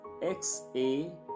xA